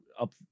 up